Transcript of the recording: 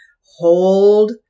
hold